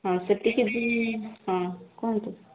ହଁ ସେତିକି ବି ହଁ କୁହନ୍ତୁ